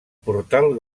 portal